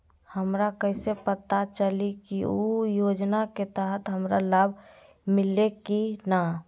हमरा कैसे पता चली की उ योजना के तहत हमरा लाभ मिल्ले की न?